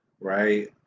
Right